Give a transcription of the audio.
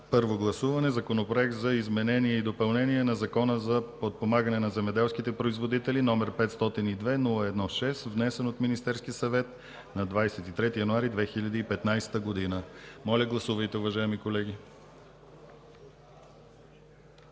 първо гласуване Законопроект за изменение и допълнение на Закона за подпомагане на земеделските производители, № 502-01-6, внесен от Министерския съвет на 23 януари 2015 г. Гласували 101 народни